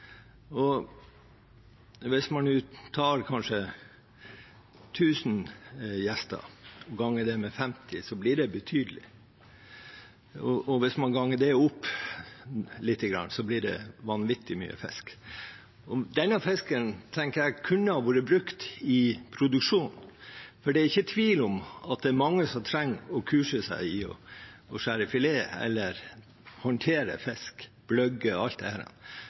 Hvis man har ca. 1 000 gjester og ganger det med 50, blir det betydelig. Hvis man ganger det opp litt, blir det vanvittig mye fisk. Denne fisken tenker jeg kunne blitt brukt i produksjon. For det er ikke tvil om at det er mange som trenger å kurses i å skjære filet eller håndtere fisk – bløgge osv. Det